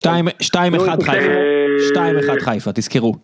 שתיים, שתיים אחד חיפה, שתיים אחד חיפה, תזכרו.